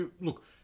look